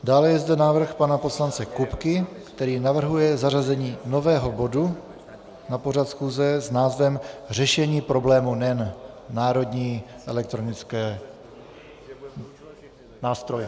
Dále je zde návrh pana poslance Kupky, který navrhuje zařazení nového bodu na pořad schůze s názvem řešení problému NEN Národní elektronický nástroj.